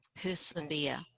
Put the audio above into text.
Persevere